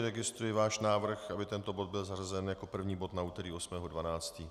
Registruji váš návrh, aby tento bod byl zařazen jako první bod na úterý 8. 12.